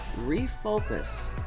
refocus